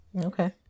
okay